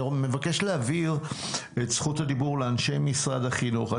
אני מבקש להעביר את זכות הדיבור לאנשי משרד החינוך.